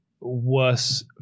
worse